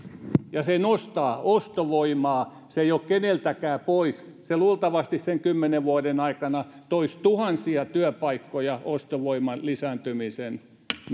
ja se nostaa ostovoimaa se ei ole keneltäkään pois se luultavasti sen kymmenen vuoden aikana toisi tuhansia työpaikkoja ostovoiman lisääntymisen